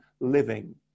living